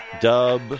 dub